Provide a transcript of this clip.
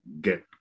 get